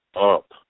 up